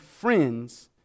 friends